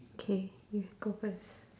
K you go first